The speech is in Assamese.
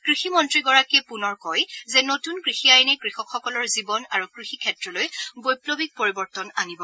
কৃষিমন্ত্ৰীগৰাকীয়ে পুনৰ কয় যে নতুন কৃষি আইনে কৃষকসকলৰ জীৱন আৰু কৃষিক্ষেত্ৰলৈ বৈপ্লৱিক পৰিৱৰ্তন আনিব